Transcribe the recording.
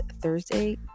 Thursday